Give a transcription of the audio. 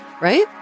right